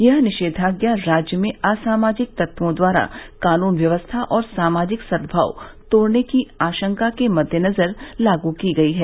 यह निषेधाज्ञा राज्य में असामाजिक तत्वों द्वारा कानून व्यवस्था और सामाजिक सद्भाव तोड़ने की आशंका के मददेनजर लागू की गई है